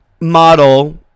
model